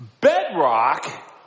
bedrock